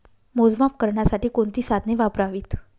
मोजमाप करण्यासाठी कोणती साधने वापरावीत?